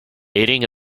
aiding